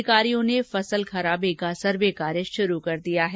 अधिकारियों ने फसल खराबे का सर्वे कार्य शुरू कर दिया है